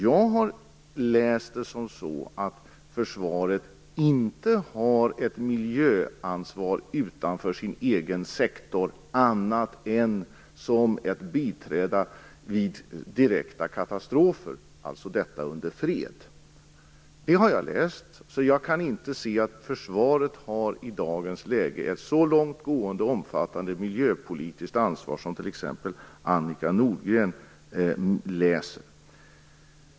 Jag har läst det så att försvaret inte har ett miljöansvar utanför sin egen sektor annat än när det gäller att biträda vid direkta katastrofer, detta i fredstid. Det har jag läst. Jag har läst formuleringarna på detta sätt, och jag kan inte se att försvaret i dagens läge har ett så långt gående och omfattande miljöpolitiskt ansvar som det som t.ex. Annika Nordgren läser in.